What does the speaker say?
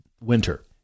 winter